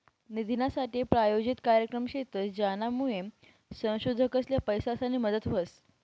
निधीनासाठे प्रायोजित कार्यक्रम शेतस, ज्यानामुये संशोधकसले पैसासनी मदत व्हस